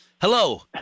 Hello